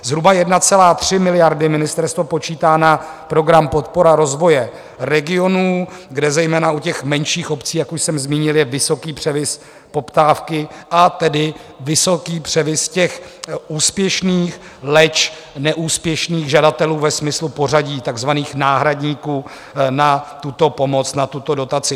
Zhruba 1,3 miliardy ministerstvo počítá na program podpora rozvoje regionů, kde zejména u menších obcí, jak už jsem zmínil, je vysoký převis poptávky, a tedy vysoký převis úspěšných, leč neúspěšných žadatelů ve smyslu pořadí, takzvaných náhradníků na tuto pomoc, na tuto dotaci.